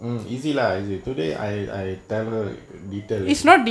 um easy lah is you today I I tell her did a little